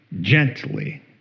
gently